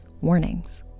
warnings